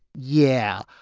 yeah,